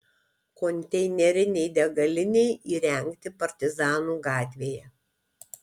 konteinerinei degalinei įrengti partizanų gatvėje